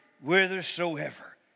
whithersoever